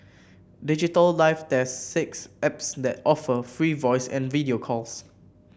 Digital Life tests six apps that offer free voice and video calls